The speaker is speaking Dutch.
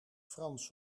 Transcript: frans